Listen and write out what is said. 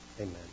Amen